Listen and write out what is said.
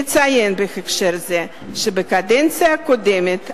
אציין בהקשר זה שבקדנציה הקודמת אני,